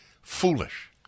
foolish